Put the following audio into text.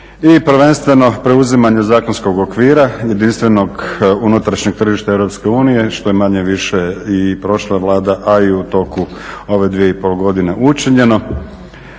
i prvenstveno preuzimanje zakonskog okvira, jedinstvenog unutrašnjeg tržišta EU što je manje više i prošla Vlada, a i u toku ove 2,5 godine učinjeno.